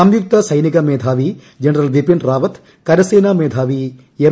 സംയുക്ത സൈനിക മേധാവി ജനറ്റൽ ബിപിൻ റാവത്ത് കരസേനാ മേധാവി എം